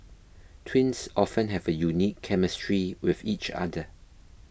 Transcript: twins often have a unique chemistry with each other